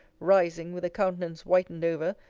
rising, with a countenance whitened over,